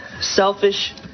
selfish